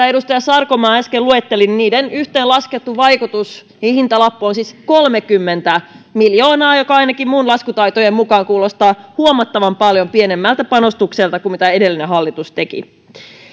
edustaja sarkomaa äsken luetteli yhteenlaskettu hintalappu on siis kolmekymmentä miljoonaa joka ainakin minun laskutaitojeni mukaan kuulostaa huomattavan paljon pienemmältä panostukselta kuin mitä edellinen hallitus teki